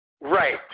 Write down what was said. Right